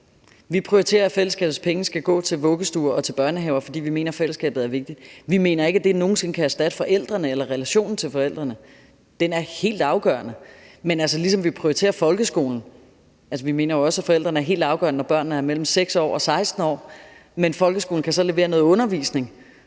Vi prioriterer, at fællesskabets penge skal gå til vuggestuer og børnehaver, fordi vi mener, at fællesskabet er vigtigt. Vil mener ikke, at det nogen sinde kan erstatte forældrene eller relationen til forældrene – den er helt afgørende. Vi prioriterer ligeledes folkeskolen, for vi mener også, at forældrene er helt afgørende, når børnene er mellem 6 år og 16 år. Men folkeskolen kan så levere noget undervisning,